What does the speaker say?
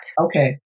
Okay